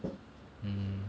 mm